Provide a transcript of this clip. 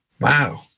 Wow